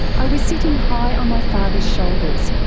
i was sitting high on my father's shoulders,